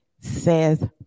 says